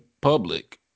public